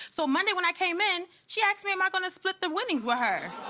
so monday when i came in, she ask me am i gonna split the winnings with her,